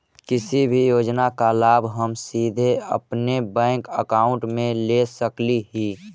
किसी भी योजना का लाभ हम सीधे अपने बैंक अकाउंट में ले सकली ही?